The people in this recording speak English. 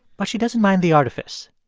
but she doesn't mind the artifice.